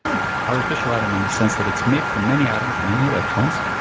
an artificial atom in the sense that it's made from many atoms and many electrons,